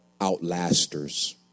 outlasters